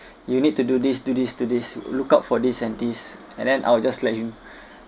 you need to do this do this do this look out for these and these and then I'll just let him